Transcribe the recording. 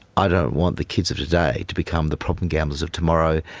i don't want the kids of today to become the problem gamblers of tomorrow.